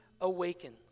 awakens